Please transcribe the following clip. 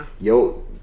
Yo